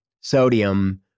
sodium